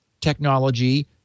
technology